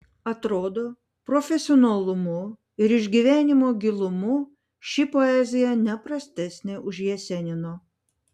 atrodo profesionalumu ir išgyvenimo gilumu ši poezija ne prastesnė už jesenino